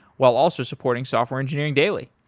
while also supporting software engineering daily.